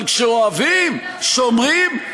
אבל כשאוהבים שומרים,